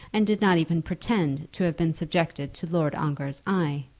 and did not even pretend to have been subjected to lord ongar's eye,